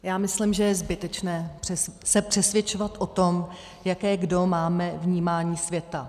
Já myslím, že je zbytečné se přesvědčovat o tom, jaké kdo máme vnímání světa.